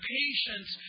patience